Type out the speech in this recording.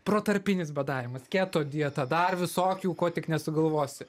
protarpinis badavimas keto dieta dar visokių ko tik nesugalvosi